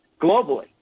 globally